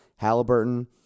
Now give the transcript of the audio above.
Halliburton